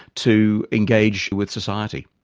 to engage with society.